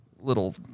little